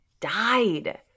died